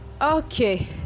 okay